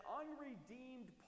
unredeemed